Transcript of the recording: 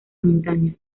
montaña